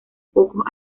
pocos